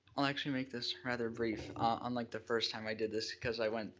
i'll actually make this rather brief unlike the first time i did this because i went,